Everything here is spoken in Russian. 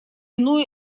иную